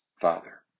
Father